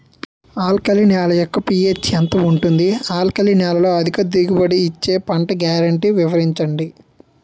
Alkali నేల యెక్క pH ఎంత ఉంటుంది? ఆల్కలి నేలలో అధిక దిగుబడి ఇచ్చే పంట గ్యారంటీ వివరించండి?